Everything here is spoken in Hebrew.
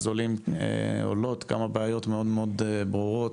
עולות כמה בעיות מאוד מאוד ברורות,